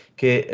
che